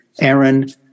Aaron